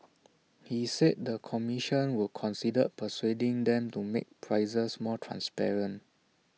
he said the commission would consider persuading them to make prices more transparent